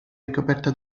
ricoperta